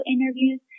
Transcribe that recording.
interviews